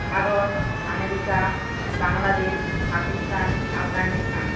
Bharat America Bangladesh Pakistan Afghanistan